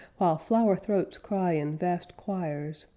flower throats cry in vast choirs,